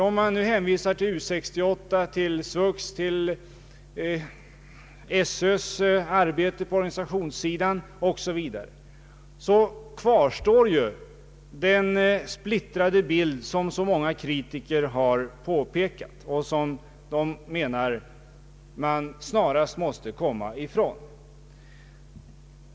Om man hänvisar till U 68, till SVUX, till SÖ:s arbete på <organisationssidan o.s. v., kvarstår ju den splittrade bild som så många kritiker har påtalat och som man enligt deras mening snarast måste komma ifrån.